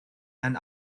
and